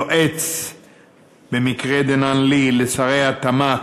יועץ במקרה דנן לי, לשרי התמ"ת,